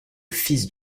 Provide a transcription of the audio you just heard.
fils